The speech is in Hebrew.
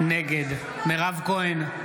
נגד מירב כהן,